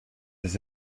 his